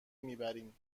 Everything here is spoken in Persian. میبریم